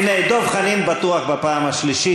דב חנין בטוח פעם שלישית.